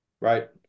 right